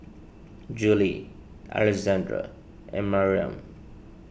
Jolie Alexandra and Mariam